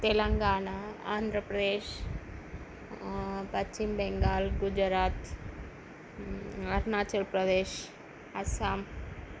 Telangana Andhra Pradesh Paschim Bengal Gujarat Arunachal Pradesh Assam